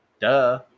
Duh